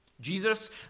Jesus